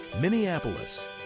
Minneapolis